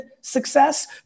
success